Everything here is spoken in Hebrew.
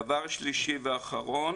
דבר אחרון